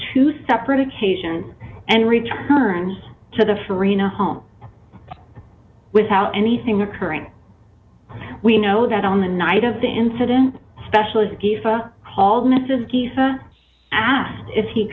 two separate occasions and return to the farina home without anything occurring we know that on the night of the incident especially if the hall mrs isa asked if he